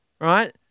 right